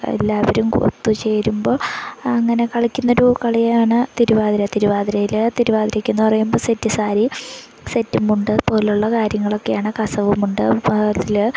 എല്ലാവരും ഒത്തുചേരുമ്പോള് അങ്ങനെ കളിക്കുന്നൊരു കളിയാണ് തിരുവാതിര തിരുവാതിരയ്ക്കെന്ന് പറയുമ്പോള് സെറ്റ് സാരി സെറ്റുമുണ്ട് പോലെയുള്ള കാര്യങ്ങളൊക്കെയാണ് കസവുമുണ്ട് ഇപ്പോള് അതില്